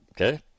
okay